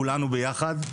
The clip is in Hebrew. כולנו ביחד,